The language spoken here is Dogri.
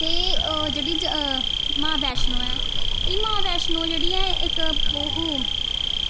ते जेह्ड़ी मां वैष्णो ऐ एह् मां वैष्णो जेह्ड़ी ऐ इक ओह् हो